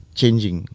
changing